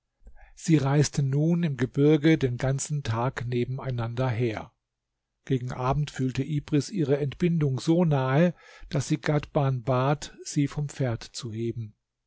sie reisten nun im gebirge den ganzen tag nebeneinander her gegen abend fühlte ibris ihre entbindung so nahe daß sie ghadhban bat sie vom pferd zu heben